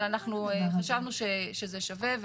אבל אנחנו חשבנו שזה שווה,